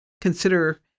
consider